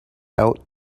out